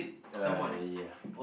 uh ya